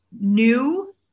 new